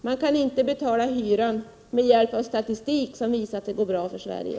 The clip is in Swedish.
Man kan inte betala hyran med hjälp av statistik som visar att det går bra för Sverige.